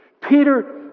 Peter